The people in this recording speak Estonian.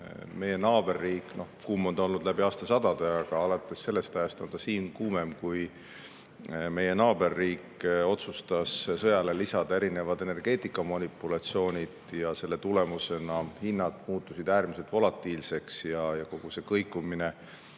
sellest ajast – kuum on ta olnud läbi aastasadade, aga alates sellest ajast on ta siin kuumem –, kui meie naaberriik otsustas sõjale lisada energeetikamanipulatsioonid ja selle tõttu hinnad muutusid äärmiselt volatiilseks. Kogu see kõikumine